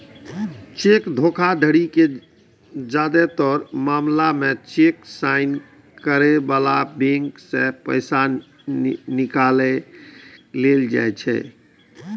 cheque धोखाधड़ीक जादेतर मामला मे चेक साइन करै बलाक बैंक सं पैसा निकालल जाइ छै